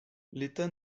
l’état